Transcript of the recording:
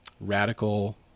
radical